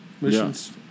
Missions